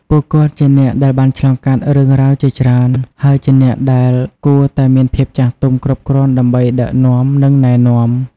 ពួកគាត់ជាអ្នកដែលបានឆ្លងកាត់រឿងរ៉ាវជាច្រើន ហើយជាអ្នកដែលគួរតែមានភាពចាស់ទុំគ្រប់គ្រាន់ដើម្បីដឹកនាំ និងណែនាំ។